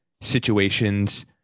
situations